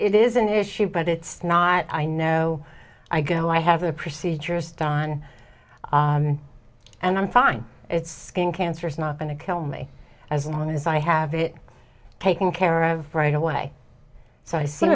it is an issue but it's not i know i go i have a procedures done and i'm fine it's skin cancer is not going to kill me as long as i have it taken care of right away so i